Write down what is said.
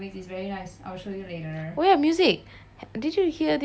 oh ya music did you hear this love me again song